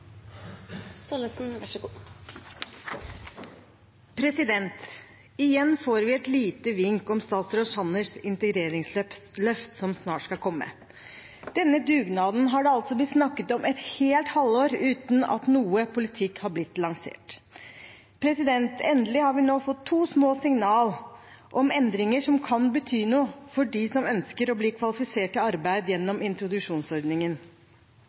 Igjen får vi et lite vink om statsråd Sanners integreringsløft, som snart skal komme. Denne dugnaden har det altså blitt snakket om et helt halvår, uten at noe politikk er blitt lansert. Endelig har vi nå fått to små signaler om endringer som kan bety noe for dem som ønsker å bli kvalifisert til arbeid gjennom introduksjonsordningen.